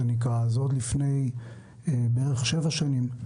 עוד לפני שבע שנים,